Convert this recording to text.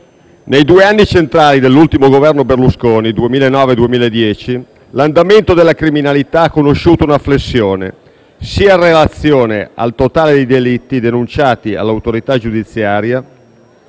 Nei due anni centrali dell'ultimo Governo Berlusconi, 2009 e 2010, l'andamento della criminalità ha conosciuto una flessione sia in relazione al totale dei delitti denunciati all'autorità giudiziaria,